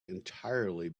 entirely